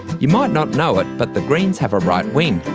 you might not know it, but the greens have a right wing.